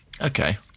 Okay